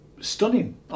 stunning